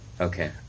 okay